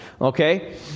okay